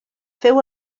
féu